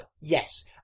yes